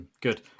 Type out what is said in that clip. Good